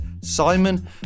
Simon